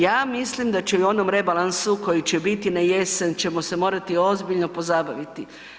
Ja mislim da će i u onom rebalansu koji će biti na jesen ćemo se morati ozbiljno pozabaviti.